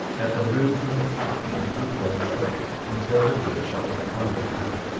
that the root and the top may be equal in strength, until the good shall overcome the bad,